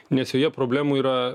nes joje problemų yra